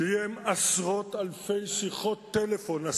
קיים עשרות אלפי שיחות טלפון.